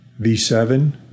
V7